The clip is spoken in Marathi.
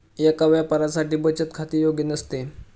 एका व्यापाऱ्यासाठी बचत खाते योग्य नसते